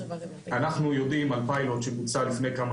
אנחנו יודעים על פיילוט שבוצע לפני כמה